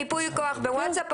ייפוי כוח בוואטסאפ?